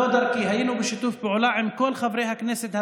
היינו בשיתוף פעולה עם כל חברי הכנסת הדרוזים,